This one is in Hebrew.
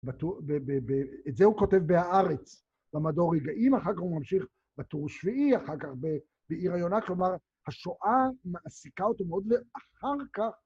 ואת זה הוא כותב ב"הארץ", במדור רגעים, אחר כך הוא ממשיך בטור שביעי, אחר כך בעיר היונה, כלומר, השואה מעסיקה אותו מאוד לאחר כך.